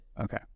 Okay